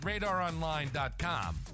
RadarOnline.com